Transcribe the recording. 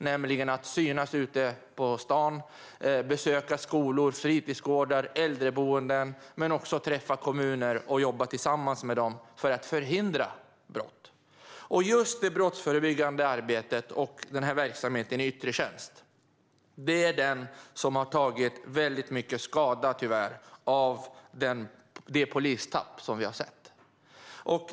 Det handlar om att synas ute på stan, besöka skolor, fritidsgårdar och äldreboenden men också om att träffa kommuner och jobba tillsammans med dem för att förhindra brott. Just det brottsförebyggande arbetet och verksamheten i yttre tjänst har tyvärr tagit väldigt mycket skada av det polistapp som vi har sett.